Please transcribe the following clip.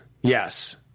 Yes